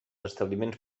establiments